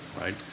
right